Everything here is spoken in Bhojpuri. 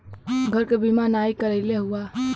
घर क बीमा नाही करइले हउवा